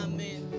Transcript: Amen